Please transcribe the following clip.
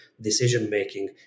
decision-making